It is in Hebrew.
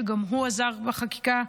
שגם הוא עזר בחקיקה.